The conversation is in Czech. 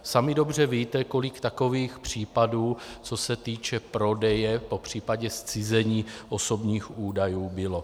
Sami dobře víte, kolik takových případů, co se týče prodeje, popř. zcizení osobních údajů bylo.